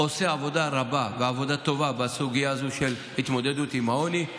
עושה עבודה רבה ועבודה טובה בסוגיה הזו של התמודדות עם העוני.